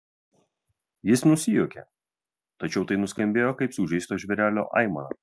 jis nusijuokė tačiau tai nuskambėjo kaip sužeisto žvėrelio aimana